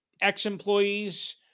ex-employees